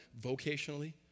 vocationally